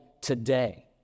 today